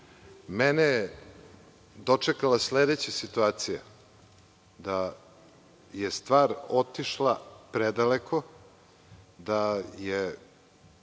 Mene je dočekala sledeća situacija – da je stvar otišla predaleko, da je